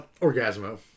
Orgasmo